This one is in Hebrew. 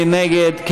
מי נגד?